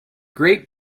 great